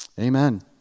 Amen